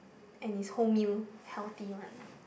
and it's wholemeal healthy one